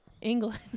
England